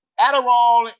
Adderall